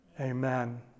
Amen